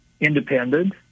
independent